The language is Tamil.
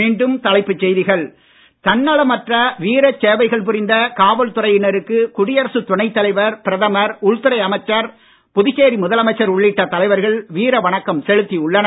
மீண்டும் தலைப்புச் செய்திகள் தன்னலமற்ற வீரச்சேவைகள் புரிந்த காவல்துறையினருக்கு குடியரசுத் துணைத் தலைவர் பிரதமர் உள்துறை அமைச்சர் புதுச்சேரி முதலமைச்சர் உள்ளிட்ட தலைவர்கள் வீரவணக்கம் செலுத்தி உள்ளனர்